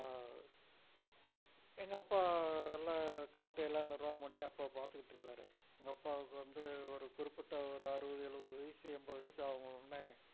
எங்கள் அப்பா நல்லா காட்டை எல்லாம் நிர்வாகம் பண்ணி அப்பா பாத்துகிட்ருந்தாரு எங்கள் அப்பாவுக்கு வந்து ஒரு குறிப்பிட்ட ஒரு அறுபது எழுபது வயது எண்பது வயது ஆனோடன்னே